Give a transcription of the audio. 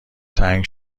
تنگ